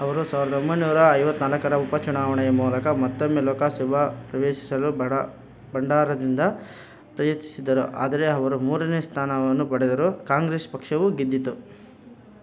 ಅವರು ಸಾವಿರದ ಒಂಬೈನೂರ ಇವತ್ತ ನಾಲ್ಕರ ಉಪಚುನಾವಣೆಯ ಮೂಲಕ ಮತ್ತೊಮ್ಮೆ ಲೋಕಸಭಾ ಪ್ರವೇಶಿಸಲು ಬಡ ಭಂಡಾರದಿಂದ ಪ್ರಯತ್ನಿಸಿದರು ಆದರೆ ಅವರು ಮೂರನೇ ಸ್ಥಾನವನ್ನು ಪಡೆದರು ಕಾಂಗ್ರೆಸ್ ಪಕ್ಷವು ಗೆದ್ದಿತು